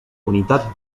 unitat